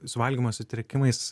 su valgymo sutrikimais